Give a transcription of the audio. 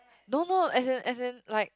no no as in as in like